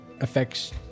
affects